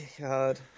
god